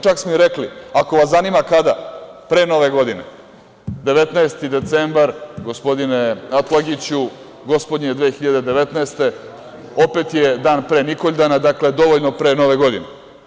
Čak smo i rekli, ako vas zanima kada, pre Nove godine, 19. decembar, gospodine Atlagiću, Gospodnje 2019. godine, opet je dan pre Nikoljdana, dakle, dovoljno pre Nove godine.